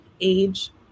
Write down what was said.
age